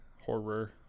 horror